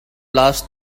last